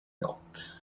not